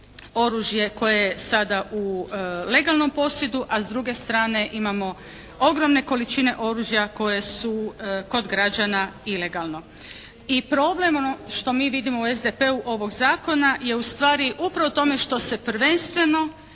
oružje koje je sada u legalnom posjedu, a s druge strane imamo ogromne količine oružja koje su kod građana ilegalno. I problem, ono što mi vidimo u SDP-u ovog zakona je ustvari upravo u tome što se prvenstveno